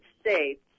States